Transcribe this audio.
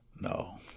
No